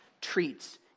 treats